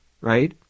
right